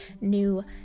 new